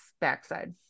backside